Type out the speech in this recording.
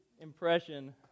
impression